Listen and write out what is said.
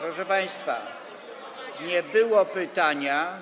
Proszę państwa, nie było pytania.